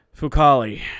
Fukali